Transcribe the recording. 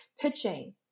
Pitching